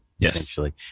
essentially